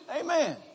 Amen